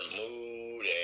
mood